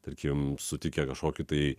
tarkim sutikę kažkokį tai